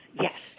yes